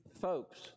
folks